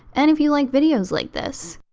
and if you like videos like this,